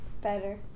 Better